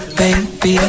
baby